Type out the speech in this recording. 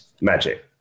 magic